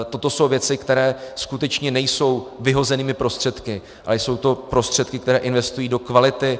Toto jsou věci, které skutečně nejsou vyhozenými prostředky, ale jsou to prostředky, které investují do kvality.